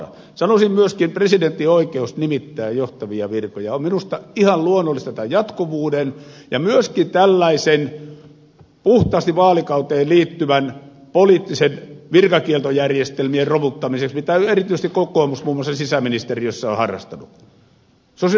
sanoisin myöskin että presidentin oikeus nimittää johtaviin virkoihin on minusta ihan luonnollista jatkuvuuden kannalta ja myöskin tällaisten puhtaasti vaalikauteen liittyvien poliittisten virkakieltojärjestelmien romuttamiseksi mitä erityisesti kokoomus muun muassa sisäministeriössä on harrastanut